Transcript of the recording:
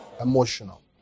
Emotional